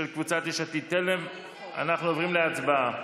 של קבוצת יש עתיד-תל"ם, אנחנו עוברים להצבעה.